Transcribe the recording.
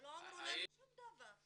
ולא אמרו לנו שום דבר.